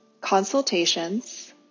consultations